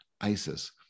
ISIS